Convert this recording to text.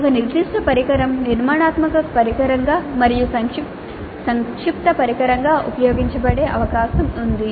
ఒక నిర్దిష్ట పరికరం నిర్మాణాత్మక పరికరంగా మరియు సంక్షిప్త పరికరంగా ఉపయోగించబడే అవకాశం ఉంది